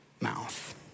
mouth